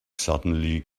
suddenly